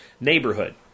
Neighborhood